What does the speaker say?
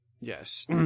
Yes